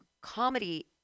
comedy –